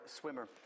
swimmer